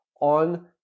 on